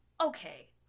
okay